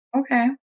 Okay